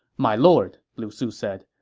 my lord, lu su said,